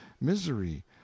misery